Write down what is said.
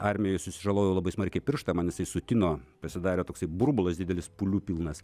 armijoj susižalojau labai smarkiai pirštą man jisai sutino pasidarė toks burbulas didelis pūlių pilnas